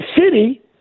city